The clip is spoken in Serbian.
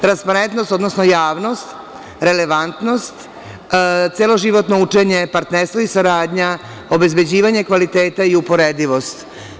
Transparentnost, odnosno javnost, relevantnost, celoživotno učenje, partnerstvo i saradnja, obezbeđivanje kvaliteta i uporedivost.